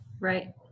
right